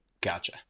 Gotcha